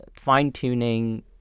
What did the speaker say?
fine-tuning